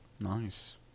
nice